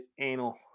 anal